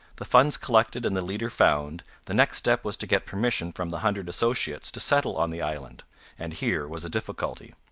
the funds collected and the leader found, the next step was to get permission from the hundred associates to settle on the island and here was a difficulty.